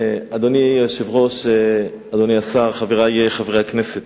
אדוני היושב-ראש, אדוני השר, חברי חברי הכנסת,